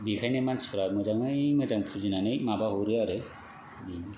बेखायनो मानसिफोरा मोजाङै मोजां फुजिनानै माबा हरो आरो बेनो